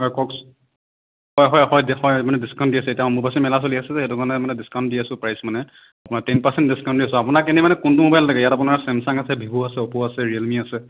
হয় কওকচোন হয় হয় হয় হয় মানে ডিছকাউণ্ট দি আছে এতিয়া অম্বুবাচী মেলা চলি আছে যে সেইটো কাৰণে মানে ডিছকাউণ্ট দি আছোঁ প্ৰাইচ মানে আপোনাৰ টেন পাৰ্চেণ্ট ডিছকাউণ্ট দি আছোঁ আপোনাক এনে মানে কোনটো মোবাইল লাগে ইয়াত আপোনাৰ ছেমছাং আছে ভিভ' আছে অ'প' আছে ৰিয়েলমি আছে